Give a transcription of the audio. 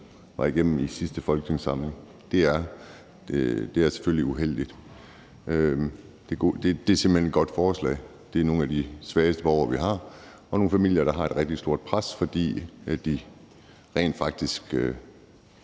gik igennem i sidste folketingssamling. Det er selvfølgelig uheldigt. Det er simpelt hen et godt forslag. Der er tale om nogle af de svageste borgere, vi har, og nogle familier, der er under et rigtig stort pres, fordi de rent faktisk